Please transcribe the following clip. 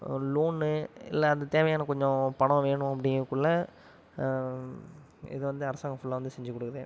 loan இல்லை அந்த தேவையான கொஞ்சம் பணம் வேணும் அப்படிங்கக்குள்ள இது வந்து அரசாங்கம் ஃபுல்லாக வந்து செஞ்சு கொடுக்குது